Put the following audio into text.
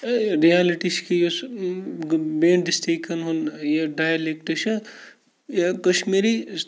reality چھِ کہِ یُس بیٚیَن ڈِسٹرکَن ہُنٛد یہِ ڈایلیٚکٹ چھِ یہِ کَشمیٖری